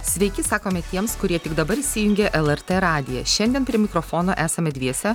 sveiki sakome tiems kurie tik dabar įsijungė lrt radiją šiandien prie mikrofono esame dviese